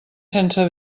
sense